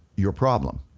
your problem.